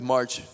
March